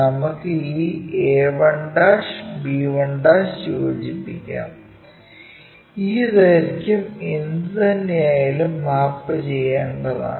നമുക്ക് ഈ a1'b1 യോജിപ്പിക്കാം ഈ ദൈർഘ്യം എന്തുതന്നെയായാലും മാപ്പ് ചെയ്യേണ്ടതാണ്